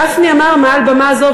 אמר גפני מעל במה זו,